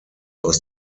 aus